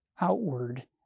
outward